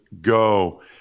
go